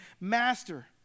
Master